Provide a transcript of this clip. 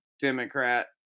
democrat